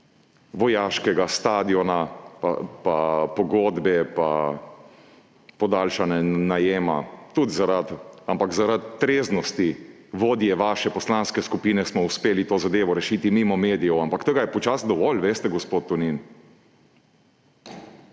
vojaškega stadiona pa pogodbe pa podaljšanja najema. Zaradi treznosti vodje vaše poslanke skupine smo uspeli to zadevo rešiti mimo medijev, ampak tega je počasi dovolj, veste, gospod Tonin.